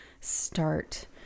start